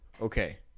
okay